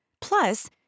Plus